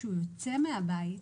כשהוא יוצא מן הבית,